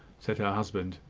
said her husband,